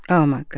oh, my god,